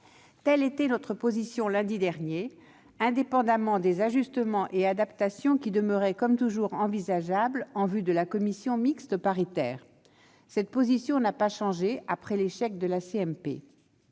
Telle était notre position lundi dernier, indépendamment des ajustements et adaptations qui demeuraient comme toujours envisageables en vue de la commission mixte paritaire. Cette position n'a pas changé après l'échec de cette